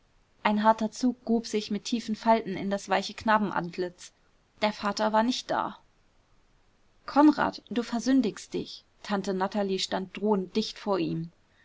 ein harter zug grub sich mit tiefen falten in das weiche knabenantlitz der vater war nicht da konrad du versündigst dich tante natalie stand drohend dicht vor ihm